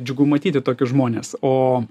džiugu matyti tokius žmones o